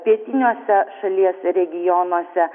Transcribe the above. pietiniuose šalies regionuose